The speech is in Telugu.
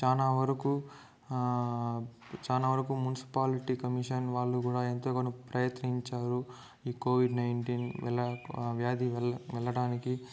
చాలా వరకు చాలా వరకు మునిసిపాలిటీ కమిషన్ వాళ్ళు కూడా ఎంతగానో ప్రయత్నించారు ఈ కోవిడ్ నైన్టీన్ ఎలా వ్యాధి వెళ్ళడానికి